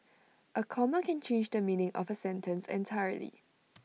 A comma can change the meaning of A sentence entirely